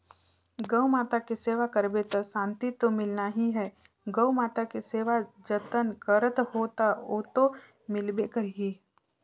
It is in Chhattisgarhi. गउ माता के सेवा करबे त सांति तो मिलना ही है, गउ माता के सेवा जतन करत हो त ओतो मिलबे करही